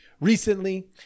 Recently